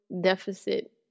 deficit